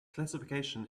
classification